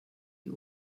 die